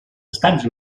estats